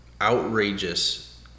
outrageous